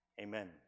Amen